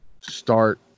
start